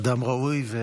אדם ראוי.